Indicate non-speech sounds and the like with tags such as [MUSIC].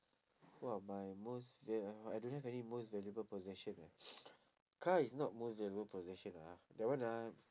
what are my most va~ uh I don't have any most valuable possession leh [NOISE] car is not most valuable possession lah that one ah